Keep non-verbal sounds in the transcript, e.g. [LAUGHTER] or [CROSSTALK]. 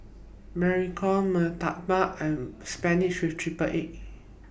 [UNINTELLIGIBLE] Mee Tai Mak and Spinach with Triple Egg